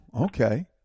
okay